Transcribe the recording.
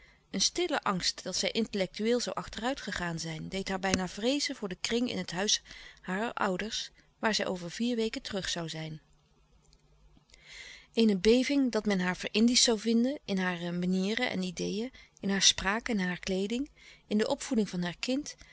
een stille angst dat zij intellectueel zoû achteruit gegaan zijn deed haar bijna vreezen voor den kring in het huis harer ouders waar zij over vier weken terug zoû zijn eene beving dat men haar ver-indiescht zoû vinden in hare manieren en ideeën in haar spraak en haar kleeding in de opvoeding van haar kind